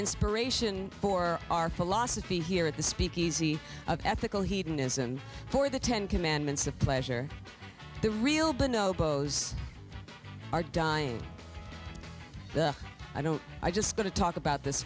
inspiration for our philosophy here at the speakeasy of ethical hedonism for the ten commandments of pleasure the real bonneau pows are dying the i don't i just going to talk about this